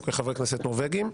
כנורבגיים.